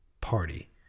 party